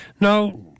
Now